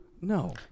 No